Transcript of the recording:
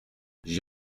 j’y